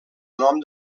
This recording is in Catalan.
nom